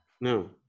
No